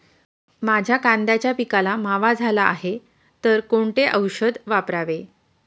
माझ्या कांद्याच्या पिकाला मावा झाला आहे तर कोणते औषध वापरावे?